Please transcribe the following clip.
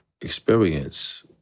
Experience